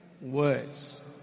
words